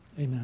amen